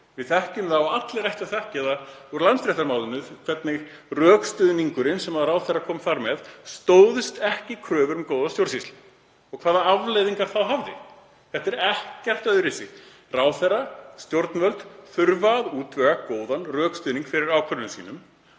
Við þekkjum það og allir ættu að þekkja það úr Landsréttarmálinu hvernig rökstuðningurinn sem ráðherra kom þar með stóðst ekki kröfur um góða stjórnsýslu og hvaða afleiðingar það hafði. Þetta er ekkert öðruvísi, ráðherra og stjórnvöld þurfa að koma með góðan rökstuðning fyrir ákvörðunum sínum.